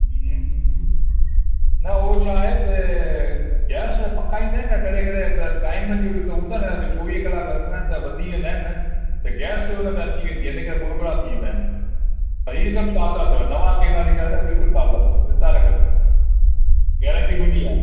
न हू छाहे त गैस ते पकाईंदा आहिनि न इन करे अंदरि अंदरि टाइम ते जे के हूंदा न चौवीह कलाक रखंदा आहिनि त वधी वेंदा आहिनि न त गैस उनमें अची वेंदी आहे इन करे कुरमुड़ा थी वेंदा आहिनि त ई हिकदमि ताज़ा अथव नवां केला जे का बिल्कुलु ताज़ा चिंता न कजो गैरंटी मुंहिंजी आहे